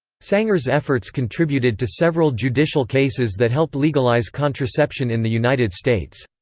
sanger's efforts contributed to several judicial cases that helped legalize contraception in the united states.